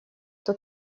кто